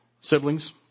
siblings